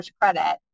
credit